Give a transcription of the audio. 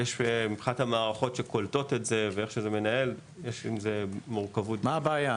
יש פה נציג מהתקשוב הממשלתי?